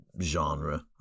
genre